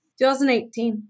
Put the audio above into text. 2018